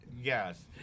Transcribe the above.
Yes